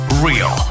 Real